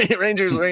Rangers